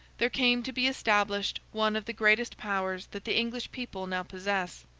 there came to be established one of the greatest powers that the english people now possess.